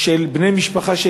של בני משפחה,